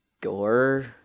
gore